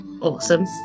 Awesome